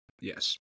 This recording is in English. Yes